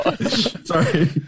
Sorry